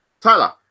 Tyler